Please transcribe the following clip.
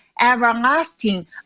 everlasting